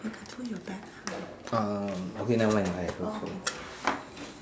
um okay nevermind I'm okay